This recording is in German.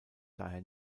daher